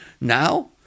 Now